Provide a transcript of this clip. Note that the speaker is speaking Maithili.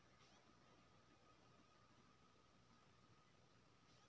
तैयार फसल में नमी के की मात्रा उचित या मानक छै?